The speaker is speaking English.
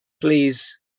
please